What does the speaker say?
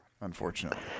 unfortunately